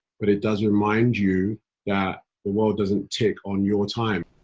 but it does remind you that the world doesn't tick on your time.